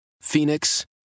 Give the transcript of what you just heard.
Phoenix